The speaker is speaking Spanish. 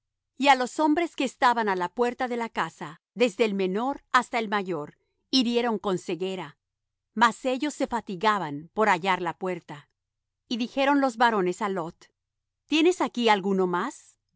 y á los hombres que estaban á la puerta de la casa desde el menor hasta el mayor hirieron con ceguera mas ellos se fatigaban por hallar la puerta y dijeron los varones á lot tienes aquí alguno más